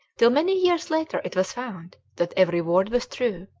till many years later it was found that every word was true,